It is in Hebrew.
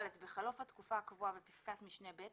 בחלוף התקופה הקבועה בפסקת משנה (ב),